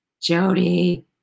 Jody